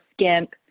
skimp